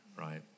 right